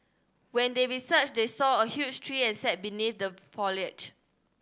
when they research they saw a huge tree and sat beneath the foliage